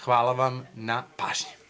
Hvala vam na pažnji.